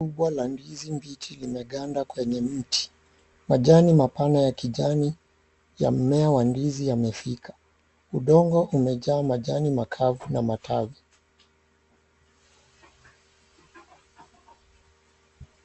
Umbo la ndizi mbichi limeanda kwenye mti. Majani mapana ya kijani ya mmea wa ndizi yamefika.. Udongo umejaa majani makavu na matawi.